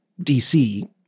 DC